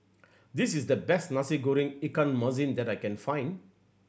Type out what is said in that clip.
this is the best Nasi Goreng ikan masin that I can find